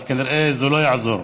אבל כנראה זה לא יעזור.